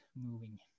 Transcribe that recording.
moving